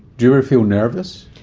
do you ever feel nervous?